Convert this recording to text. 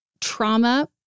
trauma